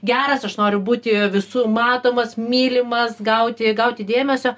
geras aš noriu būti visų matomas mylimas gauti gauti dėmesio